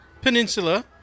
peninsula